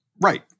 Right